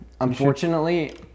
Unfortunately